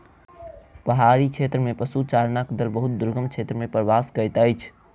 पहाड़ी क्षेत्र में पशुचारणक दल बहुत दुर्गम क्षेत्र में प्रवास करैत अछि